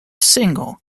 single